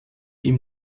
ihm